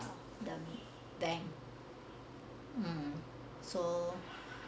the bank mm so